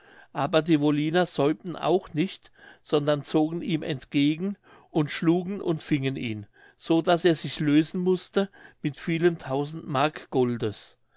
aber die wolliner säumten auch nicht sondern zogen ihm entgegen und schlugen und fingen ihn so daß er sich lösen mußte mit vielen tausend mark goldes